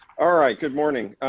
ah right, good morning.